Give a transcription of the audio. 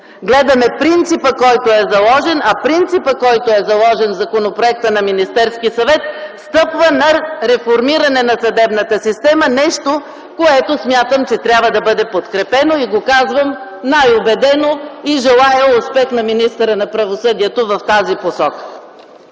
Гледаме принципа, който е заложен, а принципът, който е заложен в законопроекта на Министерския съвет, стъпва на реформиране на съдебната система – нещо, което смятам, че трябва да бъде подкрепено. И го казвам най-убедено! И желая успех на министъра на правосъдието в тази посока!